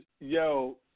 yo